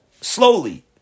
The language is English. slowly